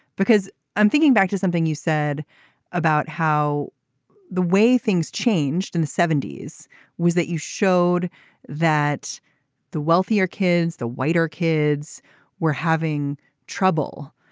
because i'm thinking back to something you said about how the way things changed in the seventy s was that you showed that the wealthier kids the whiter kids were having trouble.